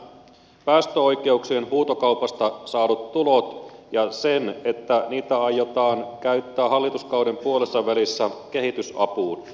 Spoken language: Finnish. se on päästöoikeuksien huutokaupasta saadut tulot ja se että niitä aiotaan käyttää hallituskauden puolessavälissä kehitysapuun